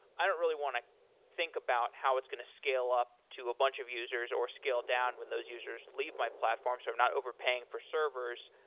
i don't really want to think about how it's going to scale up to a bunch of users or scale down when those users leave my platform so i'm not overpaying for servers.